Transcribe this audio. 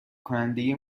کننده